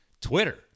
Twitter